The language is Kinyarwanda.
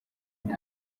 uko